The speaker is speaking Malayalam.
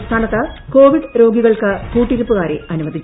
സംസ്ഥാനത്ത് കോവിഡ് രോഗികൾക്ക് കൂട്ടിരിപ്പുകാരെ അനുവദിച്ചു